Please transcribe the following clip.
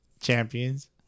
champions